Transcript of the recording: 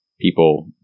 people